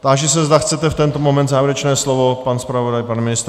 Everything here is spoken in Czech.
Táži se, zda chcete v tento moment závěrečné slovo pan zpravodaj, pan ministr?